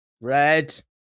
Red